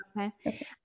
Okay